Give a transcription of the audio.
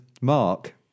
Mark